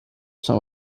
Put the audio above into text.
some